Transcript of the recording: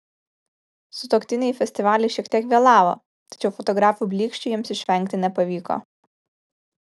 sutuoktiniai į festivalį šiek tiek vėlavo tačiau fotografų blyksčių jiems išvengti nepavyko